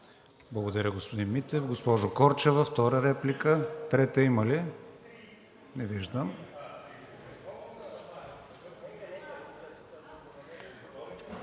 Благодаря, господин Митев. Госпожо Корчева – втора реплика. Трета реплика има ли? Не виждам.